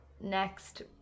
next